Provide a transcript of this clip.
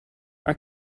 are